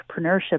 entrepreneurship